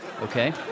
Okay